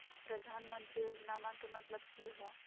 प्रधानमंत्री योजनामा के मतलब कि हय?